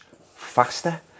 faster